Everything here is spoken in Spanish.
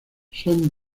son